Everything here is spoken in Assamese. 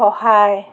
সহায়